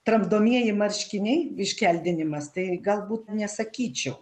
tramdomieji marškiniai iškeldinimas tai galbūt nesakyčiau